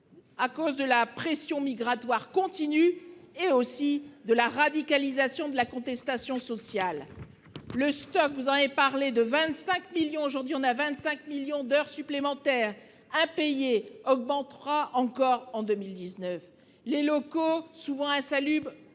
à cause de la pression migratoire continue et à cause aussi de la radicalisation de la contestation sociale. Vous en avez parlé, le stock de 25 millions d'heures supplémentaires impayées augmentera encore en 2019. Les locaux souvent insalubres